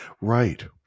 Right